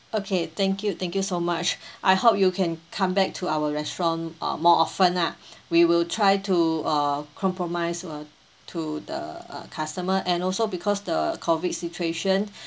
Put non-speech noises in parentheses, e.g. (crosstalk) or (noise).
okay thank you thank you so much I hope you can come back to our restaurant uh more often ah we will try to err compromise or to the customer and also because the COVID situation (breath)